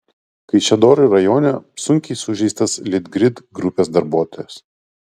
kaišiadorių rajone sunkiai sužeistas litgrid grupės darbuotojas